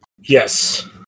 Yes